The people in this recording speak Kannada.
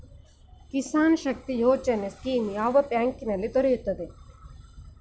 ಕಿಸಾನ್ ಶಕ್ತಿ ಯೋಜನೆ ಸ್ಕೀಮು ಯಾವ ಬ್ಯಾಂಕಿನಿಂದ ದೊರೆಯುತ್ತದೆ?